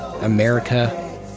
America